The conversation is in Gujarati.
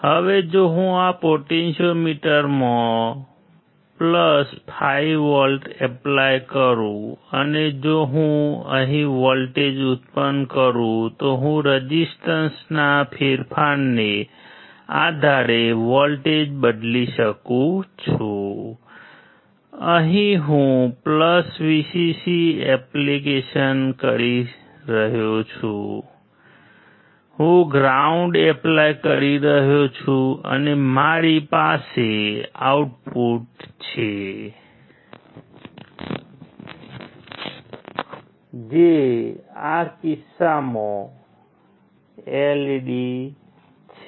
હવે જો હું આ પોટેન્ટીયોમીટરમાં 5V એપ્લાય કરી રહ્યો છું અને મારી પાસે આઉટપુટ છે જે આ કિસ્સામાં LED છે